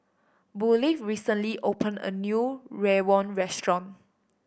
Burleigh recently opened a new rawon restaurant